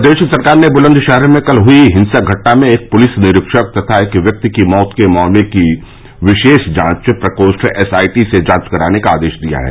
प्रदेश सरकार ने बुलन्दशहर में कल हुई हिंसक घटना में एक पुलिस निरीक्षक तथा एक व्यक्ति की मौत के मामले में विशेष जांच प्रकोष्ठ एसआईटी से जांच कराने का आदेश दिया है